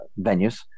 venues